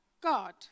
God